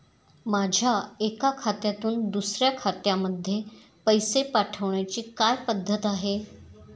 माझ्या एका खात्यातून दुसऱ्या खात्यामध्ये पैसे पाठवण्याची काय पद्धत आहे?